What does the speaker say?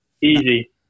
Easy